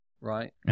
right